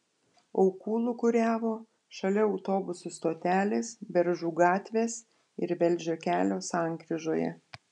aukų lūkuriavo šalia autobusų stotelės beržų gatvės ir velžio kelio sankryžoje